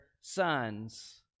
sons